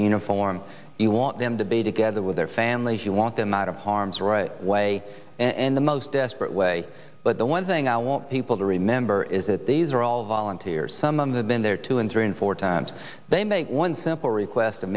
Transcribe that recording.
uniform you want them to be together with their families you want them out of harm's right way and the most desperate way but the one thing i want people to remember is that these are all volunteers someone had been there two and three and four times they make one simple request